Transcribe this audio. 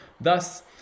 Thus